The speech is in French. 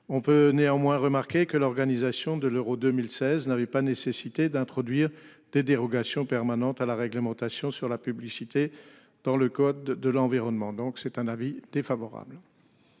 On peut néanmoins remarquer que l'organisation de l'euro 2016 n'avait pas nécessité d'introduire des dérogations permanentes à la réglementation sur la publicité dans le code de l'environnement, donc c'est un avis défavorable.